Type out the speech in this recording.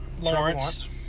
Lawrence